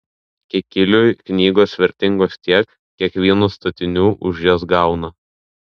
kikiliui knygos vertingos tiek kiek vyno statinių už jas gauna